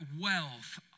wealth